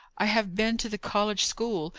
i have been to the college school,